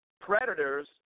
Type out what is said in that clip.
predators